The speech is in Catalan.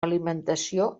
alimentació